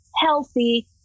healthy